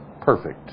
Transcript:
perfect